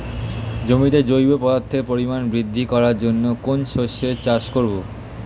জমিতে জৈব পদার্থের পরিমাণ বৃদ্ধি করার জন্য কোন শস্যের চাষ করবো?